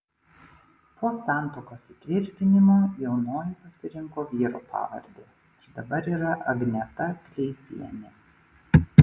po santuokos įtvirtinimo jaunoji pasirinko vyro pavardę ir dabar yra agneta kleizienė